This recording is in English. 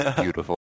Beautiful